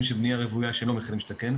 של בניה רוויה שהם לא מחיר למשתכן,